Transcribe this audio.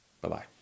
Bye-bye